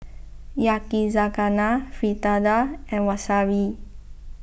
Yakizakana Fritada and Wasabi